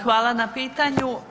Hvala na pitanju.